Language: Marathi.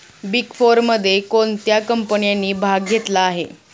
बिग फोरमध्ये कोणत्या कंपन्यांनी भाग घेतला आहे?